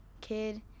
kid